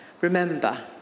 Remember